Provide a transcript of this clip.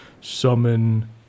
summon